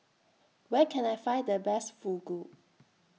Where Can I Find The Best Fugu